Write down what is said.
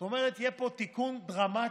זאת אומרת שיהיה פה תיקון דרמטי,